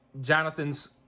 jonathan's